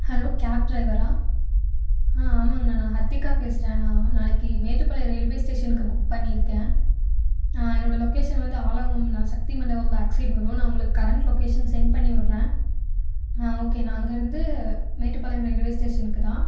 hello cab டிரைவரா ஆ ஆமாங்கணா நான் ஹர்திகா பேசுகிறேன்ணா நாளைக்கு மேட்டுப்பாளையம் ரயில்வே ஸ்டேஷன்க்கு புக் பண்ணியிருக்கேன் என்னோடய லொக்கேஷன் வந்து ஆலங்குளம்ணா சக்தி மண்டபம் பேக்சைட் வரும் நான் உங்களுக்கு கரெண்ட் லொக்கேஷன் சென்ட் பண்ணி விடறேன் ஆ ஓகேண்ணா அங்கேருந்து மேட்டுப்பாளையம் ரயில்வே ஸ்டேஷனுக்கு தான்